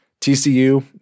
TCU